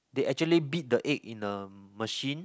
they actually beat the egg in the machine